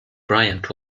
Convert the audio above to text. bryant